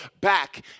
back